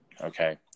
okay